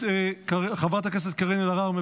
חברת הכנסת קארין אלהרר,